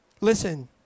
listen